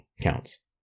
counts